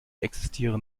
existieren